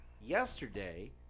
yesterday